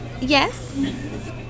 yes